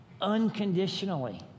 unconditionally